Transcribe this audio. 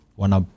wana